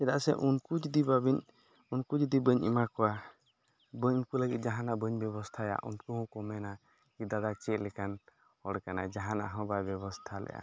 ᱪᱮᱫᱟᱜ ᱥᱮ ᱩᱱᱠᱚ ᱡᱩᱫᱤ ᱵᱟᱹᱵᱤᱱ ᱩᱱᱠᱚ ᱡᱩᱫᱤ ᱵᱟᱹᱧ ᱮᱢᱟ ᱠᱚᱣᱟ ᱵᱟᱹᱧ ᱩᱱᱠᱚ ᱞᱟᱹᱜᱤᱫ ᱡᱟᱦᱟᱱᱜ ᱵᱟᱹᱧ ᱵᱮᱵᱚᱥᱛᱷᱟᱭᱟ ᱩᱱᱠᱚ ᱦᱚᱸᱠᱚ ᱢᱮᱱᱟ ᱫᱟᱫᱟ ᱪᱮᱫᱞᱮᱠᱟᱱ ᱦᱚᱲ ᱠᱟᱱᱟᱭ ᱡᱟᱦᱟᱱᱟᱜᱦᱚᱸ ᱵᱟᱭ ᱵᱮᱵᱚᱥᱛᱷᱟᱞᱮᱫᱼᱟ